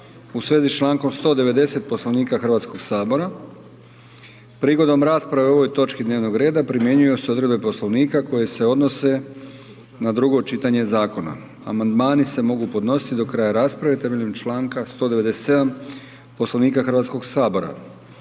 u svezi s člankom 190. Poslovnika Hrvatskog sabora. Prigodom rasprave o ovoj točci dnevnog reda, primjenjuju se odredbe poslovnika, koje se odnose na drugo čitanje zakona. Amandmani se mogu podnositi do kraja rasprave temeljem čl. 197. Poslovnika Hrvatskog sabora.